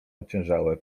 ociężałe